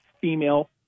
female